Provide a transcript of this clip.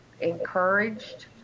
encouraged